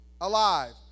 alive